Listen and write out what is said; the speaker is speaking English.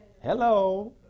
Hello